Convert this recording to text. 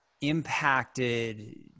impacted